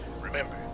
Remember